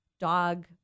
dog